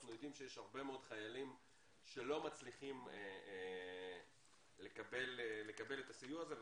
אנחנו יודעים שיש הרבה מאוד חיילים שלא מצליחים לקבל את הסיוע הזה,